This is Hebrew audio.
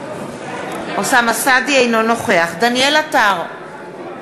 אינו נוכח דניאל עטר,